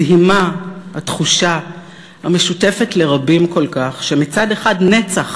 מדהימה התחושה המשותפת לרבים כל כך שמצד אחד נצח